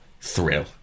thrill